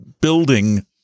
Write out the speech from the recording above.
building